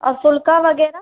ऐं फुलिका वग़ैरह